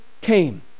came